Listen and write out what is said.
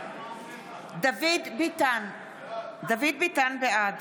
דוד ביטן, בעד